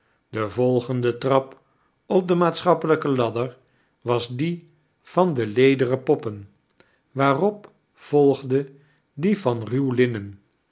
de volgende trap op de maatschappeljjke ladder was die van de lederen poppen en daarop volgde die van